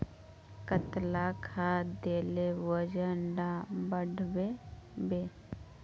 कतला खाद देले वजन डा बढ़बे बे?